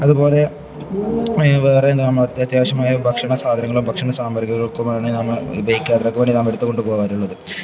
അതുപോലെ വേറെ നമ്മള് അത്യാവശ്യമായ ഭക്ഷണ സാധനങ്ങളും ഭക്ഷണ സാമഗ്രികൾക്കുമാണ് നമ്മള് ഉപയോഗിക്കാന് വേണ്ടി നമ്മള് എടുത്തു കൊണ്ടുപോകാറുള്ളത്